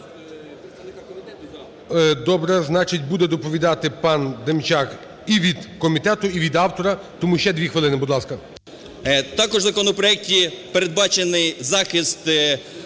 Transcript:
Добре. Значить, буде доповідати пан Демчак і від комітету, і від автора, тому ще 2 хвилини, будь ласка. ДЕМЧАК Р.Є. Також в законопроекті передбачений захист